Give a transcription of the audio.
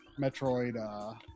Metroid